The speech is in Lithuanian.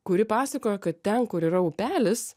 kuri pasakojo kad ten kur yra upelis